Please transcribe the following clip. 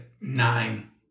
nine